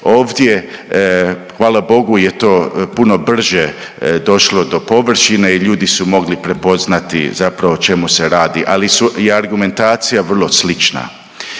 ovdje hvala Bogu je to puno vrže došlo do površine i ljudi su mogli prepoznati zapravo o čemu se radi, ali je argumentacija vrlo slična.